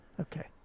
Okay